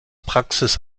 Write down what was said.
praxis